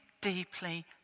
deeply